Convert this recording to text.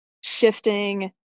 shifting